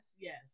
yes